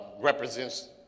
represents